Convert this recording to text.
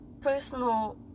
personal